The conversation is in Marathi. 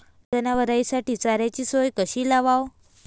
जनावराइसाठी चाऱ्याची सोय कशी लावाव?